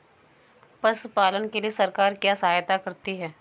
पशु पालन के लिए सरकार क्या सहायता करती है?